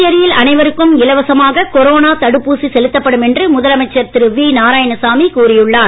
புதுச்சேரியில் அனைவருக்கும் இலவசமாக கொரோனா தடுப்பூசி செலுத்தப்படும் என்று முதலமைச்சர் திரு வி நாராயணசாமி கூறி உள்ளார்